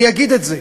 אני אגיד את זה: